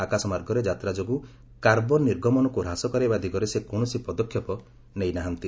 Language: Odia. ଆକାଶମାର୍ଗରେ ଯାତ୍ରା ଯୋଗୁଁ କାର୍ବନ୍ ନିର୍ଗମନକୁ ହ୍ରାସ କରାଇବା ଦିଗରେ ସେ କୌଣସି ପଦକ୍ଷେପ ନେଇ ନାହାନ୍ତି